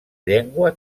llengua